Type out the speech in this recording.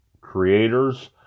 creators